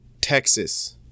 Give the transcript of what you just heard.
Texas